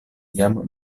jam